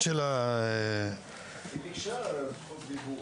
תודה רבה על רשות הדיבור.